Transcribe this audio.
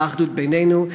האחדות בינינו,